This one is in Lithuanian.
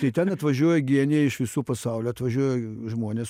tai ten atvažiuoja genijai iš viso pasaulio atvažiuoja žmonės